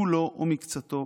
כולו או מקצתו,